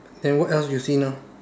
okay then what else you see now